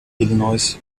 illinois